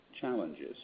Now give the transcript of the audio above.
challenges